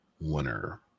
winner